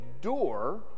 door